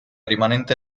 rimanente